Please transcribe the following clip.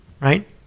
right